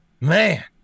Man